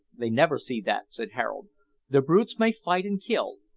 they never see that, said harold the brutes may fight and kill,